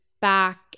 back